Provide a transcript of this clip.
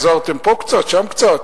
עזרתם פה קצת, שם קצת.